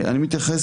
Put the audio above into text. אני מתייחס